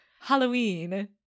Halloween